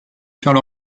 faire